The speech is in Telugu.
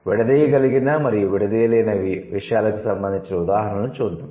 విడదీయగలిగిన మరియు విడదీయలేని విషయాలకు సంబందించిన ఉదాహరణలను చూద్దాం